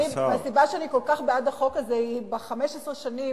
הסיבה שאני כל כך בעד החוק הזה היא ש-15 שנים